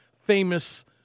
famous